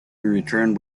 returned